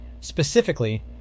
Specifically